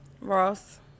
Ross